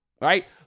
Right